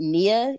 Nia